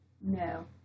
no